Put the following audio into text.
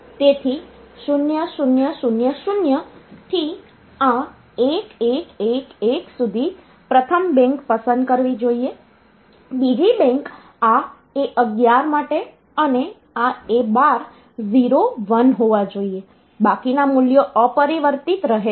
તેથી 0000 થી આ 1111 સુધી પ્રથમ બેંક પસંદ કરવી જોઈએબીજી બેંક આ A11 માટે અને આ A12 01 હોવા જોઈએ બાકીના મૂલ્યો અપરિવર્તિત રહે છે